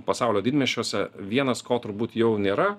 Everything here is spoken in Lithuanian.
pasaulio didmiesčiuose vienas ko turbūt jau nėra